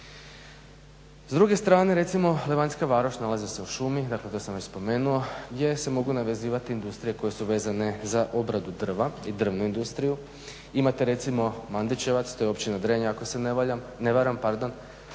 S druge strane recimo Levanjska Varoš nalazi se u šumi, to sam već spomenuo, gdje se mogu navezivati industrije koje su vezane za obradu drva i drvnu industriju. Imate recimo Mandićevac to je Općina Drenje ako se ne varam,